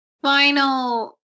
final